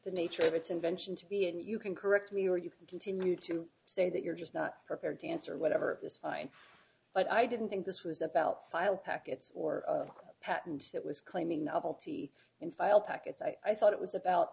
the nature of its invention to be and you can correct me or you can continue to say that you're just not prepared to answer whatever is fine but i didn't think this was about file packets or patent it was claiming novelty in file packets i thought it was about